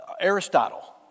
Aristotle